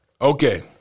Okay